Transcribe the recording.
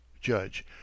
Judge